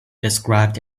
described